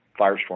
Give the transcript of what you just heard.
firestorm